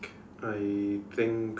I think